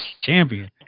champion